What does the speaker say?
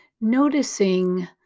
noticing